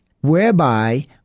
Whereby